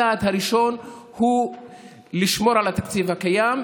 הצעד הראשון הוא לשמור על התקציב הקיים,